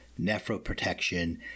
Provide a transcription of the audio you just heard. nephroprotection